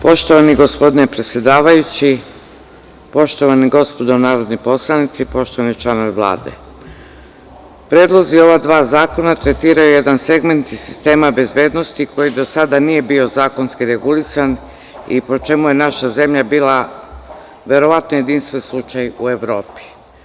Poštovani gospodine predsedavajući, poštovana gospodo narodni poslanici, poštovani članovi Vlade, predlozi ova dva zakona tretiraju jedan segment iz sistema bezbednosti koji do sada nije bio zakonski regulisan i po čemu je naša zemlja bila verovatno jedinstven slučaj u Evropi.